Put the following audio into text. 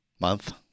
month